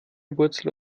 wurzel